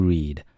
Read 》 ，